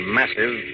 massive